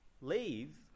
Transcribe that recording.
Leave